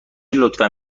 لطفا